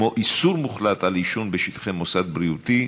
כמו איסור מוחלט על עישון בשטחי מוסד בריאותי